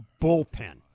bullpen